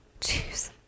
jeez